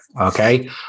Okay